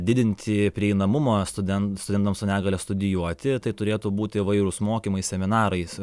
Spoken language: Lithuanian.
didinti prieinamumą studen studentams su negalia studijuoti tai turėtų būti įvairūs mokymai seminarais